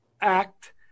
act